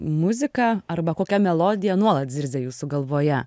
muzika arba kokia melodija nuolat zirzia jūsų galvoje